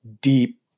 deep